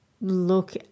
look